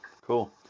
cool